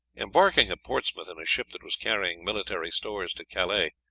embarking at portsmouth in a ship that was carrying military stores to calais,